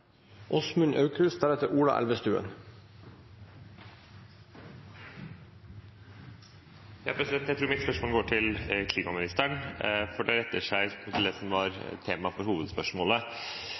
Åsmund Aukrust – til oppfølgingsspørsmål. Jeg tror mitt spørsmål går til klimaministeren, fordi det retter seg mot det som var temaet for hovedspørsmålet